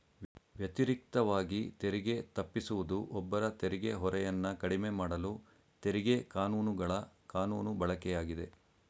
ವ್ಯತಿರಿಕ್ತವಾಗಿ ತೆರಿಗೆ ತಪ್ಪಿಸುವುದು ಒಬ್ಬರ ತೆರಿಗೆ ಹೊರೆಯನ್ನ ಕಡಿಮೆಮಾಡಲು ತೆರಿಗೆ ಕಾನೂನುಗಳ ಕಾನೂನು ಬಳಕೆಯಾಗಿದೆ